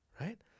right